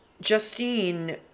Justine